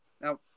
now